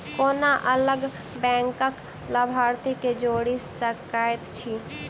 कोना अलग बैंकक लाभार्थी केँ जोड़ी सकैत छी?